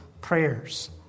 prayers